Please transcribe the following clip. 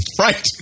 Right